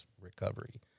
recovery